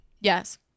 Yes